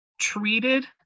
treated